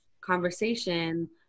conversation